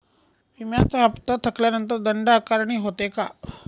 विम्याचा हफ्ता थकल्यानंतर दंड आकारणी होते का?